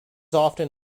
often